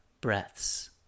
breaths